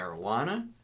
marijuana